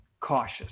cautious